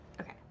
Okay